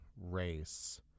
race